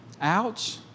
Ouch